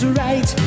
right